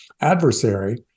adversary